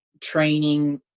training